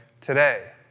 today